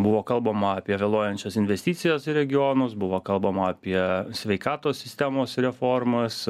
buvo kalbama apie vėluojančias investicijas į regionus buvo kalbama apie sveikatos sistemos reformas